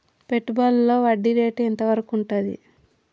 పెట్టుబడులలో వడ్డీ రేటు ఎంత వరకు ఉంటది?